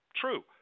True